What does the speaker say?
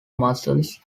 muscles